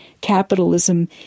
capitalism